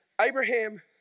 Abraham